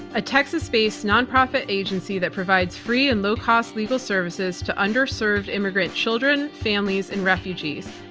a texas-based nonprofit agency that provides free and low-cost legal services to underserved immigrant children, families and refugees.